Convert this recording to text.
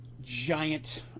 giant